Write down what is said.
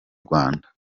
rwanda